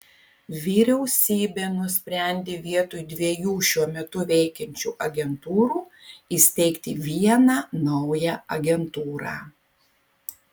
vyriausybė nusprendė vietoj dviejų šiuo metu veikiančių agentūrų įsteigti vieną naują agentūrą